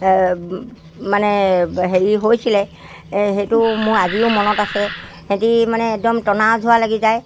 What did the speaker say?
মানে হেৰি হৈছিলে সেইটো এই মোৰ আজিও মনত আছে সিহঁতি মানে একদম টনা আঁজোৰা লাগি যায়